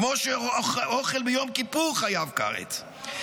כמו שאוכל ביום הכיפורים, חייב כרת,